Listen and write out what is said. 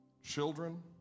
Children